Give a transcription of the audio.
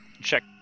check